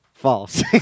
False